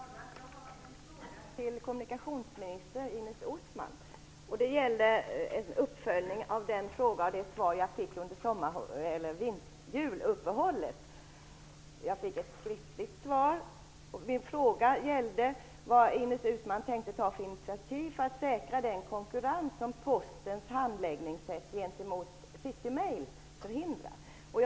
Fru talman! Jag har en fråga till kommunikationsminister Ines Uusmann. Den gäller en uppföljning av den fråga jag ställde och det skriftliga svar jag fick under juluppehållet. Min fråga gällde vad Ines Uusmann tänkte ta för initiativ för att säkra den konkurrens som Postens handlingssätt gentemot City Mail förhindrar.